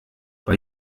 bei